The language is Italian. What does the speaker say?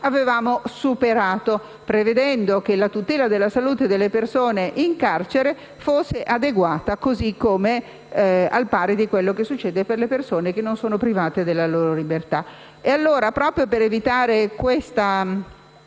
avevamo superato, prevedendo che la tutela della salute delle persone in carcere fosse adeguata, al pari di quanto succede per le persone che non sono private della loro libertà.